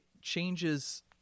changes